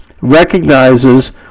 recognizes